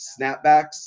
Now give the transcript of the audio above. snapbacks